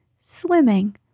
Swimming